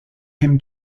him